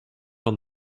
van